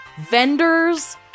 vendors